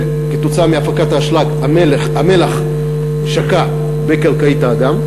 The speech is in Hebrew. וכתוצאה מהפקת האשלג המלח שקע בקרקעית האגם.